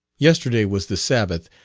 yesterday was the sabbath,